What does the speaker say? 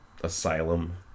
asylum